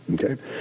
Okay